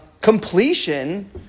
completion